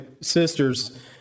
sister's